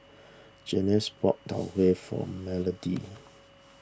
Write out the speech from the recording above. Janice bought Tau Huay for Melodie